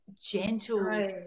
gentle